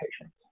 patients